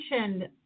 mentioned